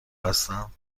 هستم